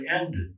ended